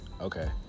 okay